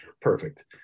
perfect